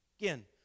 Again